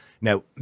Now